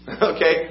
Okay